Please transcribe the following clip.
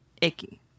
icky